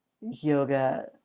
yoga